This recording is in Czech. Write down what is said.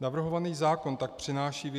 Navrhovaný zákon tak přináší